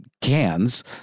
cans